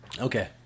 Okay